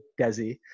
Desi